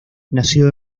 nació